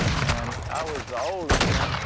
and i was the oldest one.